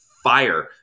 fire